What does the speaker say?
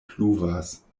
pluvas